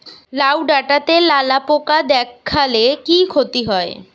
লাউ ডাটাতে লালা পোকা দেখালে কি ক্ষতি হয়?